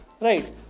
right